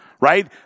right